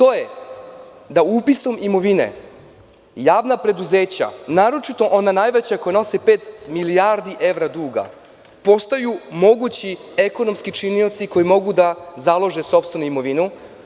Upisom imovine javna preduzeća, naročito ona najveća koja nose pet milijardi evra duga, postaju mogući ekonomski činioci koji mogu da založe sopstvenu imovinu.